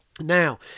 Now